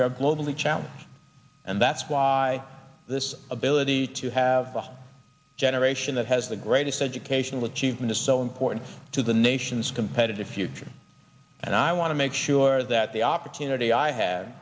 have globally challenged and that's why this ability to have the generation that has the greatest educational achievement is so important to the nation's competitive future and i want to make sure that the opportunity i